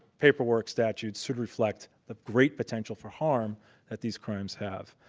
paperwork statutes should reflect the great potential for harm that these crimes have.